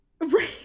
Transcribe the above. Right